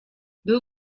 był